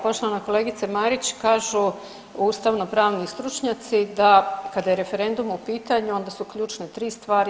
Poštovana kolegice Marić, kažu ustavnopravni stručnjaci da kada je referendum u pitanju onda su ključne tri stvari.